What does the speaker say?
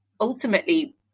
ultimately